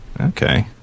Okay